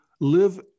live